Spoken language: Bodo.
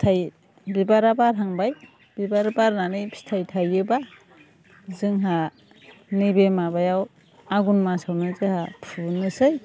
फिथाइ बिबारा बारहांबाय बिबार बारनानै फिथाइ थायोबा जोंहा नैबे माबायाव आगन मासावनो जोहा फुनोसै